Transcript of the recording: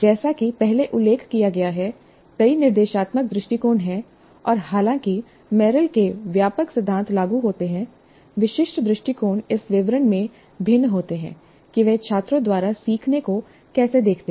जैसा कि पहले उल्लेख किया गया है कई निर्देशात्मक दृष्टिकोण हैं और हालांकि मेरिल के व्यापक सिद्धांत लागू होते हैं विशिष्ट दृष्टिकोण इस विवरण में भिन्न होते हैं कि वे छात्रों द्वारा सीखने को कैसे देखते हैं